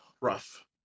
rough